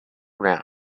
round